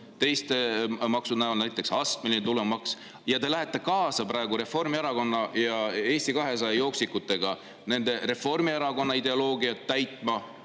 teiste maksude näol, näiteks astmeline tulumaks, ja te lähete kaasa praegu Reformierakonna ja Eesti 200 jooksikutega Reformierakonna ideoloogiat täitma